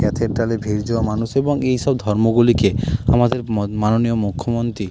ক্যাথেড্রালে ভিড় মানুষ এবং এই সব ধর্মগুলিকে আমাদের মাননীয় মুখ্যমন্ত্রী